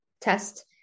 test